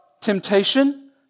temptation